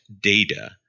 data